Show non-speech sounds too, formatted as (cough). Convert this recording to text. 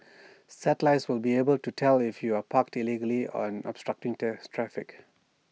(noise) satellites will be able to tell if you're parked illegally on obstructing theirs traffic